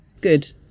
Good